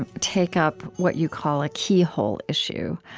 and take up what you call a keyhole issue